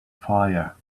fire